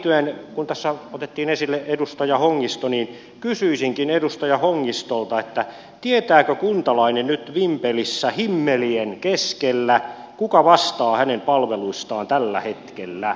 tähän liittyen kun tässä otettiin esille edustaja hongisto kysyisinkin edustaja hongistolta tietääkö kuntalainen nyt vimpelissä himmelien keskellä kuka vastaa hänen palveluistaan tällä hetkellä